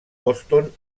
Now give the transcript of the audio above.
boston